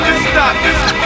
stop